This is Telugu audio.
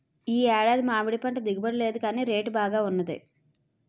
ఈ ఏడాది మామిడిపంట దిగుబడి లేదుగాని రేటు బాగా వున్నది